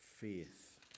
Faith